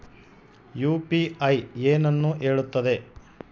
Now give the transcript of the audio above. UPI ಏನನ್ನು ಹೇಳುತ್ತದೆ?